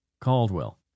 Caldwell